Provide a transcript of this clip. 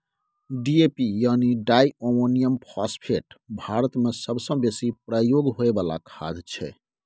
DAP यानी di ammonium phosphate भारतमे सबसँ बेसी प्रयोग होइ बला खाद छै